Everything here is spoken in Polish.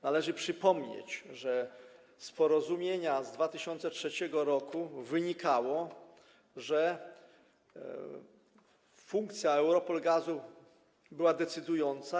Należy przypomnieć, że z porozumienia z 2003 r. wynikało, że funkcja EuRoPol Gazu była decydująca.